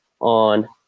on